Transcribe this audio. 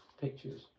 pictures